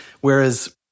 Whereas